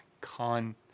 con